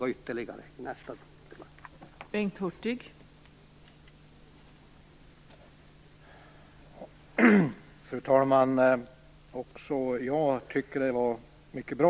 Jag återkommer till detta i nästa inlägg.